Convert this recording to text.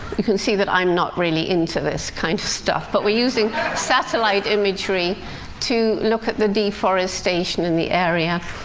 you can see that i'm not really into this kind of stuff but we're using satellite imagery to look at the deforestation in the area.